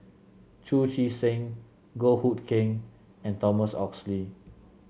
Chu Chee Seng Goh Hood Keng and Thomas Oxley